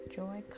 joy